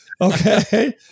Okay